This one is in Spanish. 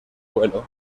vuelo